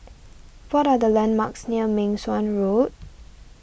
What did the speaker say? what are the landmarks near Meng Suan Road